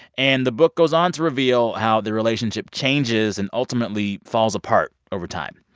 and the book goes on to reveal how the relationship changes and ultimately falls apart over time.